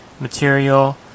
material